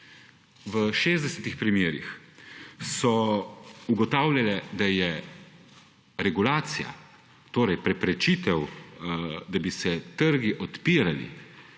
v 60 primerih ugotavljala, da je regulacija, torej preprečitev, da bi se trgi odpirali,